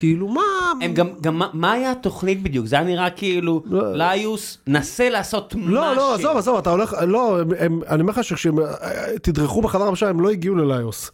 כאילו מה, הם גם מהיה התוכנית בדיוק זה נראה כאילו ליוס נסה לעשות משה לא לא אני הם הם חושב שתדרכו בחדר הלבשה הם לא הגיעו לליוס.